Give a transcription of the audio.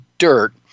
dirt